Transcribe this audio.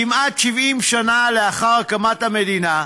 כמעט 70 שנה לאחר הקמת המדינה,